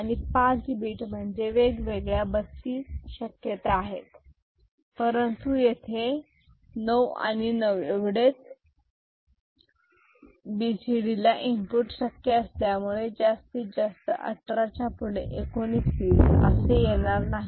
आणि पाच बीट म्हणजे वेगवेगळ्या बत्तीस शक्यता आहेत परंतु येथे नऊ आणि नऊ एवढेच एबीसीडी ला इनपुट शक्य असल्यामुळे जास्तीत जास्त अठरा च्या पुढे एकोणीस वीस असे येणार नाही